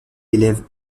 élève